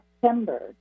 September